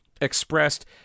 expressed